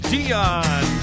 Dion